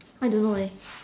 I don't know eh